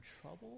trouble